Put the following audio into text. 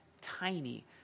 tiny